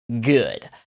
good